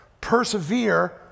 Persevere